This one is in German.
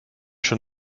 schon